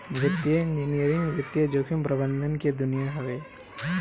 वित्तीय इंजीनियरिंग वित्तीय जोखिम प्रबंधन के दुनिया हवे